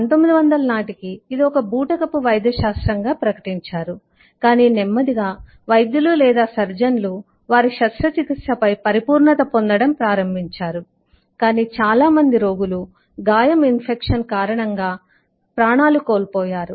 1900 నాటికి ఇది ఒక బూటకపు వైద్యశాస్త్రం గా ప్రకటించారు కాని నెమ్మదిగా వైద్యులు లేదా సర్జన్లు వారి శస్త్రచికిత్సపై పరిపూర్ణత పొందడం ప్రారంభించారు కాని చాలా మంది రోగులు గాయం ఇన్ఫెక్షన్ కారణంగా బ్రతకలేకపోయారు